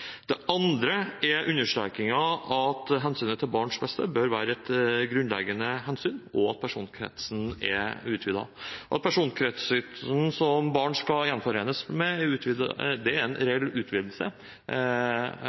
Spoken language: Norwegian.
Det andre er understrekingen av at hensynet til barnets beste bør være et grunnleggende hensyn, og at personkretsen er utvidet. Personkretsen som barnet skal gjenforenes med, er en